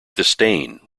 disdain